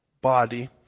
body